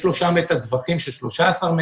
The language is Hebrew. יש לו שם את הטווחים של 13 מטרים,